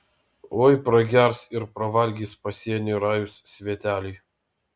oi pragers ir pravalgys pasienį rajūs sveteliai